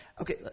Okay